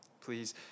Please